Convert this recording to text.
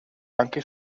anche